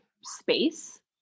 space